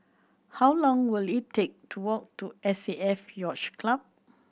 how long will it take to walk to S A F Yacht Club